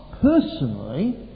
personally